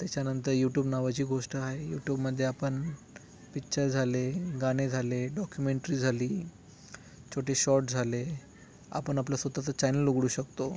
त्याच्यानंतर युटूब नावाची गोष्ट आहे युटूबमध्ये आपण पिच्चर झाले गाणे झाले डॉक्युमेंट्री झाली छोटे शॉर्ट झाले आपण आपलं स्वतःचं चॅनल उघडू शकतो